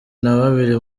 nababiri